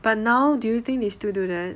but now do you think they still do that